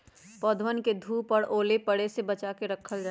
पौधवन के धूप और ओले पड़े से बचा के रखल जाहई